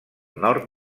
nord